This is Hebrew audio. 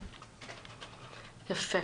יפה.